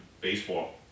baseball